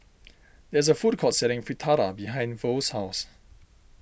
there is a food court selling Fritada behind Verl's house